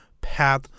path